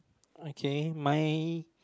okay my